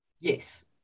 Yes